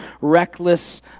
reckless